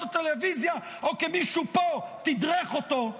הטלוויזיה או כי מישהו פה תדרך אותו,